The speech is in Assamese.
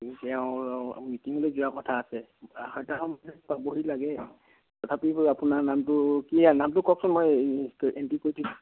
তেওঁ মিটিঙলৈ যোৱা কথা আছে আঢ়ৈটামান বজাত পাবহি লাগে তথাপি আপোনাৰ নামটো কি নামটো কওকচোন মই এন্ত্ৰি কৰি দিওঁ